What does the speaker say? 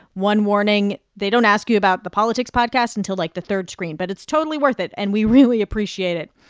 one warning they don't ask you about the politics podcast until, like, the third screen, but it's totally worth it and we really appreciate it.